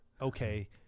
okay